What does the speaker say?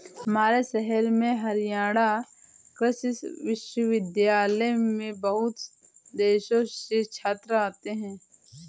हमारे शहर में हरियाणा कृषि विश्वविद्यालय में बहुत देशों से छात्र आते हैं